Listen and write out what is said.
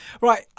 Right